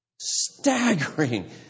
Staggering